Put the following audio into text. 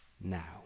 now